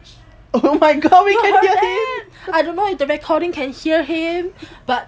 I don't know if the recording can hear him but